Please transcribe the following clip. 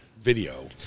video